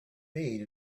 made